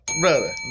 Brother